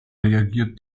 reagiert